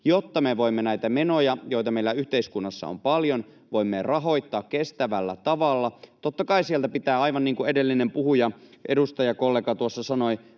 jotta me voimme näitä menoja, joita meillä yhteiskunnassa on paljon, rahoittaa kestävällä tavalla. Totta kai pitää, aivan niin kuin edellinen puhuja, edustajakollega tuossa sanoi,